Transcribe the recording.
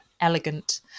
elegant